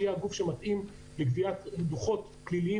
שהיא הגוף שמתאים לגביית דוחות של מרכז